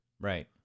right